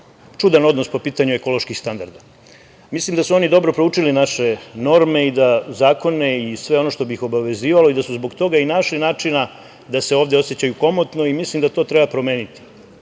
čudan odnos po pitanju ekoloških standarda. Mislim da su oni dobro proučili naše norme, zakone i sve ono što bi ih obavezivalo i da su zbog toga i našli načina da se ovde osećaju komotno i mislim da to treba promeniti.U